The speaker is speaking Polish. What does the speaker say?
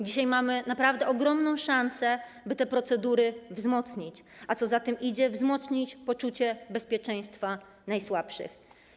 Dzisiaj mamy naprawdę ogromną szansę, by te procedury wzmocnić, a co za tym idzie, wzmocnić poczucie bezpieczeństwa najsłabszych.